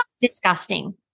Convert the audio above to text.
Disgusting